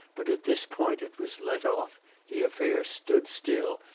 but at this point it was let off the affair stood still,